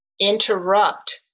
interrupt